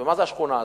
ומה זה השכונה הזאת?